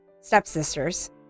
Stepsisters